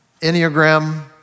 Enneagram